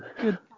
Good